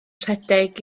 rhedeg